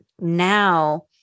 Now